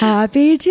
Happy